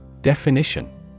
Definition